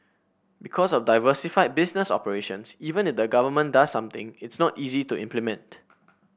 because of diversified business operations even if the government does something it's not easy to implement